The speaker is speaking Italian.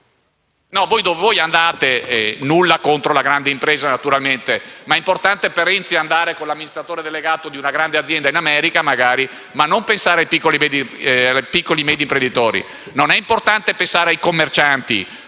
da cui provengo. Nulla contro la grande impresa, naturalmente, ma per Renzi è importante andare con l'amministratore delegato di una grande azienda in America magari, ma non pensare ai piccoli e medi imprenditori. Non è importante pensare ai commercianti